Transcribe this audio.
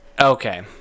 okay